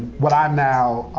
what i'm now